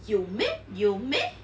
有 meh 有 meh